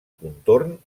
contorn